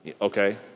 okay